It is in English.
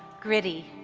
gritty,